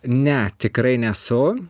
ne tikrai nesu